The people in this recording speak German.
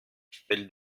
stellt